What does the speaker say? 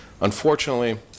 unfortunately